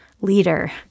leader